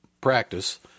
practice